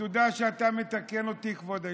אה, תודה שאתה מתקן אותי, כבוד היושב-ראש.